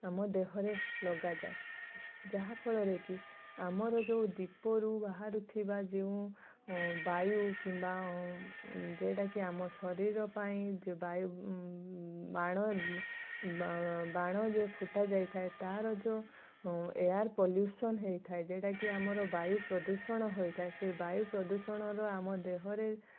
ଆମ ଦେହରେ ଲଗାଯାଏ ଯାହାଫଳରେ କି ଆମର ଯେଉଁ ଦୀପରୁ ବାହାରୁଥିବା ଯେଉଁ ବାୟୁ କିମ୍ବା ଯେଉଁଟାକି ଆମ ଶରୀର ପାଇଁ ବାୟୁ ବାଣ ବାଣ ଯେ ଫୁଟାଯାଇଥାଏ ତା'ର ଯେଉଁ ଏୟାର ପଲ୍ୟୁସନ୍ ହୋଇଥାଏ ଯେଉଁଟାକି ଆମର ବାୟୁ ପ୍ରଦୂଷଣ ହୋଇଥାଏ ସେଇ ବାୟୁ ପ୍ରଦୂଷଣର ଆମ ଦେହରେ